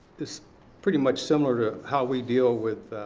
this pretty much similar to how we deal with